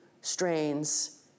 strains